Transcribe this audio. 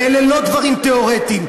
ואלה לא דברים תיאורטיים,